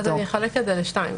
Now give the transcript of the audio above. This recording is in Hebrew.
אני אחלק את זה לשניים.